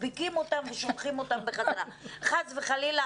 מדביקים אותם ושולחים אותם בחזרה חס וחלילה,